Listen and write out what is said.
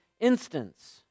instance